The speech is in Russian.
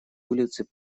улицы